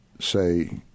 Say